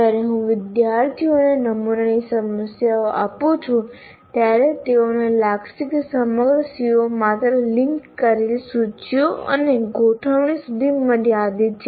જ્યારે હું વિદ્યાર્થીઓને નમૂનાની સમસ્યાઓ આપું છું ત્યારે તેઓને લાગશે કે સમગ્ર CO માત્ર લિંક કરેલી સૂચિઓ અને ગોઠવણી સુધી મર્યાદિત છે